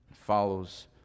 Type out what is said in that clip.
follows